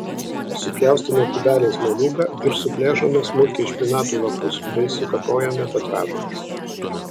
supjaustome kubeliais moliūgą ir suplėšome smulkiai špinatų lapus bei sukapojame petražoles